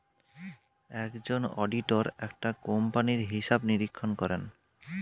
একজন অডিটর একটা কোম্পানির হিসাব নিরীক্ষণ করেন